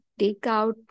takeout